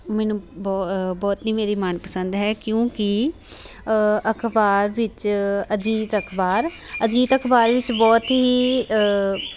ਮੈਨੂੰ ਬਹੁਤ ਹੀ ਮੇਰੀ ਮਨਪਸੰਦ ਹੈ ਕਿਉਂਕਿ ਅਖ਼ਬਾਰ ਵਿੱਚ ਅਜੀਤ ਅਖ਼ਬਾਰ ਅਜੀਤ ਅਖ਼ਬਾਰ ਵਿੱਚ ਬਹੁਤ ਹੀ